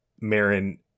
Marin